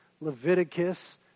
Leviticus